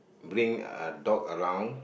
bring a dog around